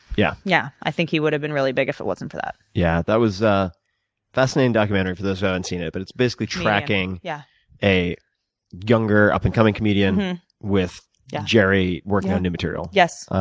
yeah yeah i think he would have been really big if it wasn't for that. yeah that was a fascinating documentary, for those who haven't seen it. but it's basically tracking yeah a younger, up and coming comedian with jerry working on new material.